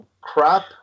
crap